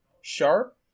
sharp